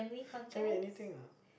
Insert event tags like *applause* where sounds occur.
*breath* can be anything ah